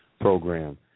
program